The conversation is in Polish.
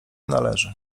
należy